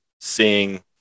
seeing